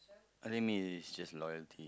I think me is just loyalty